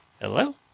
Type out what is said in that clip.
Hello